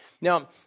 Now